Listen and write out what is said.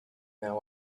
now